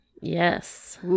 yes